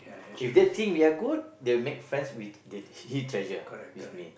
if they think we're good they'll make friends with the he treasure with me